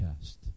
test